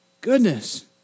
Goodness